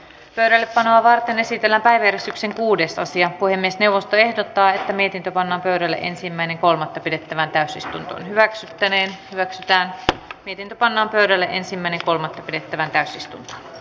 ehtona on esitellä päivystyksen uudesta asia puhemiesneuvosto ehdottaa että mietintö panna edelleen ensimmäinen kolmatta pidettävään täysistunto hyväksyttäneen hyväksyttää miten ne pannaan vedellä ensin meni kolme pidettävä vuoksi